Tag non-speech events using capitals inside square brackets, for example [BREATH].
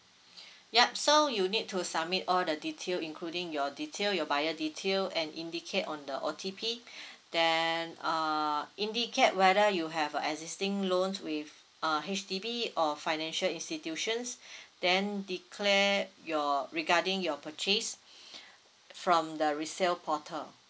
[BREATH] yup so you need to submit all the detail including your detail your buyer detail and indicate on the O_T_P [BREATH] then uh indicate whether you have a existing loan with a H_D_B or financial institutions [BREATH] then declare your regarding your purchase [BREATH] from the resell portal